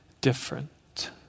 different